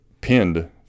pinned